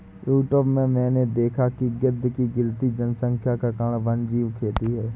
YouTube में मैंने देखा है कि गिद्ध की गिरती जनसंख्या का कारण वन्यजीव खेती है